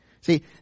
See